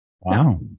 Wow